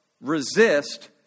resist